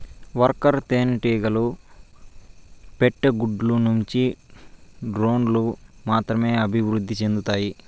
worker తేనెటీగలు పెట్టే గుడ్ల నుండి డ్రోన్లు మాత్రమే అభివృద్ధి సెందుతాయి